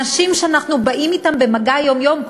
אנשים שאנחנו באים אתם במגע יום-יום,